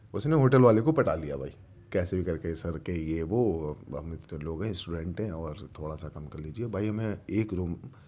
اس نے ہوٹل والے کو پٹا لیا بھائی کیسے بھی کر کے سر کہ یہ وہ ہم اتنے لوگ ہیں اسٹوڈنٹ ہیں اور تھوڑا سا کم کر لیجئے بھائی ہمیں ایک روم